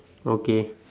okay